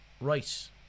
right